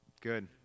Good